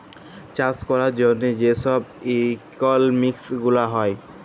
চাষ ক্যরার জ্যনহে যে ছব ইকলমিক্স গুলা হ্যয়